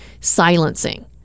silencing